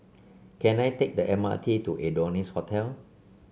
can I take the M R T to Adonis Hotel